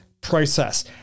process